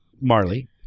Marley